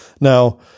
Now